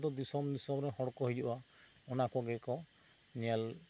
ᱩᱱᱠᱩ ᱫᱚ ᱫᱤᱥᱚᱢ ᱫᱤᱥᱚᱢ ᱨᱮᱱ ᱦᱚᱲ ᱠᱚ ᱦᱤᱡᱩᱜᱼᱟ ᱚᱱᱟ ᱠᱚᱜᱮ ᱠᱚ ᱧᱮᱞ